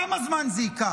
כמה זמן זה ייקח?